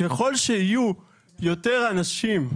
ככל שיהיו יותר אנשים